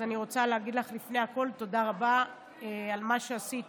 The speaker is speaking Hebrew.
אז אני רוצה להגיד לך לפני הכול תודה רבה על מה שעשית